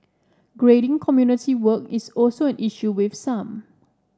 grading community work is also an issue with some